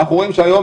אנחנו רואים שהיום,